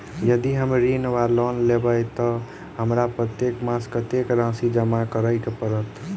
यदि हम ऋण वा लोन लेबै तऽ हमरा प्रत्येक मास कत्तेक राशि जमा करऽ पड़त?